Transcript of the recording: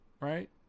right